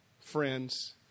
friends